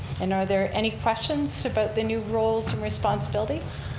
and are there any questions about the new roles and responsibilities?